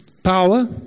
power